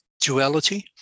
duality